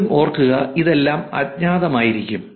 വീണ്ടും ഓർക്കുക ഇതെല്ലാം അജ്ഞാതമായിരിക്കും